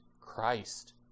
Christ